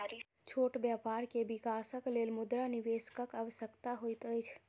छोट व्यापार के विकासक लेल मुद्रा निवेशकक आवश्यकता होइत अछि